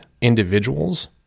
individuals